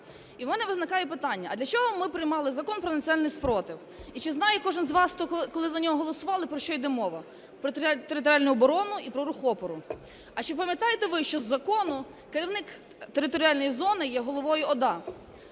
І у мене виникає питання: а для чого ми приймали Закон про національний спротив? І чи знає кожен з вас, коли за нього голосували, про що йде мова? Про територіальну оборону і про рух опору. А чи пам'ятаєте ви, що з закону керівник територіальної зони є головою ОДА,